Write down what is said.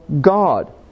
God